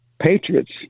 patriots